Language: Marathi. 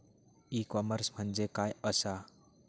ई कॉमर्स म्हणजे काय असा?